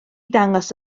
dangos